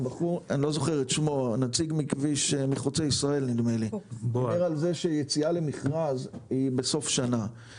האם ניתן לומר שבחודשים הקרובים המועצה